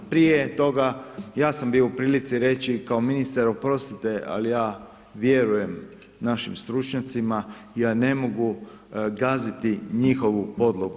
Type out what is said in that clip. Prije toga, ja sam bio u prilici reći, kao ministar, oprostite, ali ja vjerujem našim stručnjacima, ja ne mogu gaziti njihovu podlogu.